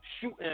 shooting